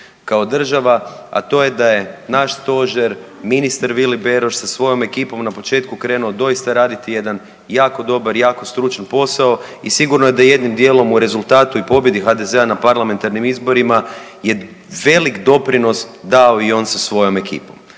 kao država, a to je da je naš Stožer, ministar Vili Beroš sa svojom ekipom na početku krenuo doista raditi jedan jako dobar i jako stručan posao i sigurno da je jednim dijelom i rezultatu i pobjedi HDZ-a na parlamentarnim izborima je velik doprinos dao i on sa svojom ekipom.